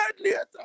later